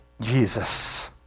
Jesus